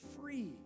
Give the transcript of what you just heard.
free